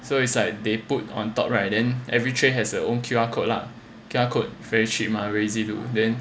so it's like they put on top right then every tray has their own Q_R code lah Q_R code very cheap mah very easy to then